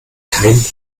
kein